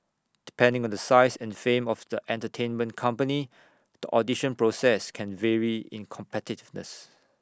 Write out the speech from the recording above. depending on the size and fame of the entertainment company the audition process can very in competitiveness